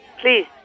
Please